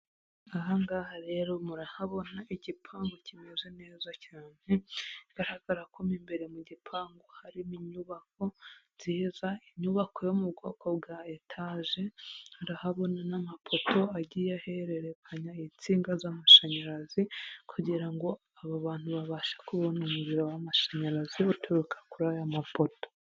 Aha ngaha rero murahabona igipangu kimeze neza cyane. Bigaragara ko mo imbere mu gipangu harimo inyubako nziza, inyubako yo mu bwoko bwa etage, urahabona n'amapoto agiye ahererekanya insinga z'amashanyarazi kugira ngo aba bantu babashe kubona umuriro w'amashanyarazi, uturuka kuri aya mapoto.